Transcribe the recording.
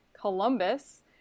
Columbus